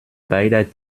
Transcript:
beider